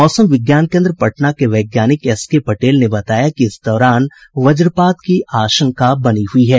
मौसम विज्ञान केन्द्र पटना के वैज्ञानिक एसके पटेल ने बताया कि इस दौरान वज्रपात की आशंका बनी हुई है